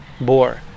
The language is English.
boar